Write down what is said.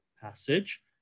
passage